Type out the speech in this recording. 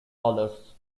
others